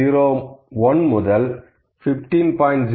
01 முதல் 15